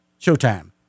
Showtime